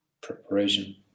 preparation